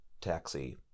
Taxi